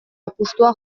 apustua